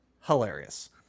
hilarious